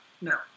no